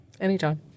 Anytime